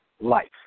life